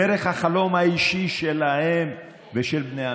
דרך החלום האישי שלהם ושל בני המשפחה.